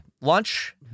lunch